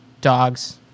dogs